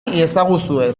iezaguzue